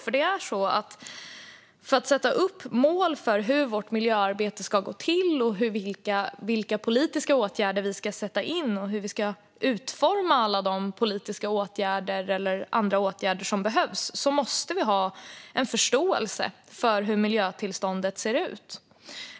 För att sätta upp mål för hur vårt miljöarbete ska gå till, vilka politiska åtgärder vi ska sätta in och hur vi ska utforma alla de politiska och andra åtgärder som behövs måste vi ha en förståelse för hur tillståndet för miljön ser ut.